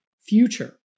future